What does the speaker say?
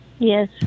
Yes